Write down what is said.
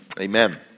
Amen